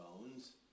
bones